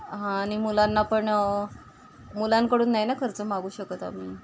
हां आणि मुलांना पण मुलांकडून नाही ना खर्च मागू शकत आम्ही